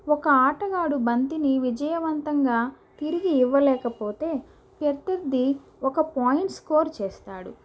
ఒక ఆటగాడు బంతిని విజయవంతంగా తిరిగి ఇవ్వలేకపోతే ప్రత్యర్థి ఒక పాయింట్ స్కోర్ చేస్తాడు